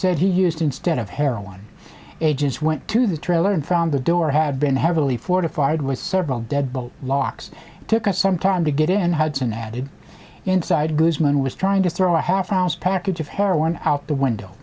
said he used instead of heroin agents went to the trailer and found the door had been heavily fortified with several deadbolt locks took us some time to get in hudson added inside guzman was trying to throw a half ounce package of heroin out the window